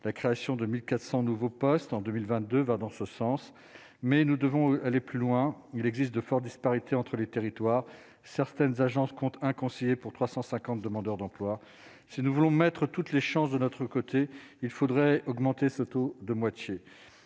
la création de 1000 400 nouveaux postes en 2022 va dans ce sens mais nous devons aller plus loin, il existe de fortes disparités entre les territoires, certaines agences compte un conseiller pour 350 demandeurs d'emploi, si nous voulons mettre toutes les chances de notre côté, il faudrait augmenter ce taux de moitié,